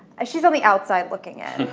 ah she's on the outside looking in.